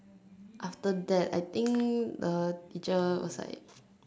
after that I think the teacher was like